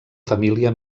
família